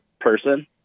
person